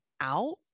out